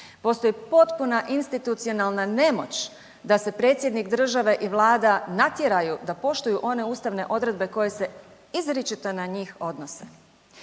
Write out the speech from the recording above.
Postoji potpuna institucionalna nemoć da se predsjednik države i Vlada natjeraju da poštuju one ustavne odredbe koje se izričito na njih odnose.